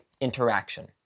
interaction